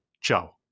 ciao